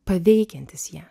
paveikiantis ją